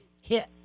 hit